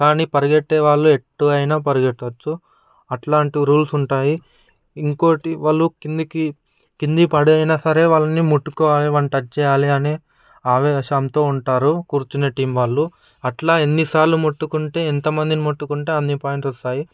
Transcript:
కానీ పరిగెత్తే వాళ్ళు ఎటు అయినా పరిగెత్తవచ్చు అట్లాంటి రూల్స్ ఉంటాయి ఇంకోటి వాళ్ళు కిందికి కింది పడైనా సరే వాళ్ళని ముట్టుకోవాలి వాళ్ళని టచ్ చేయాలి అని ఆవేశంతో ఉంటారు కూర్చునే టీం వాళ్ళు అట్లా ఎన్నిసార్లు మట్టుకుంటే ఎంతమందిని ముట్టుకుంటే అన్ని పాయింట్లు వస్తాయి